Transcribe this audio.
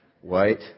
White